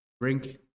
drink